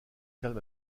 calme